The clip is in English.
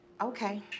Okay